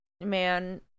Man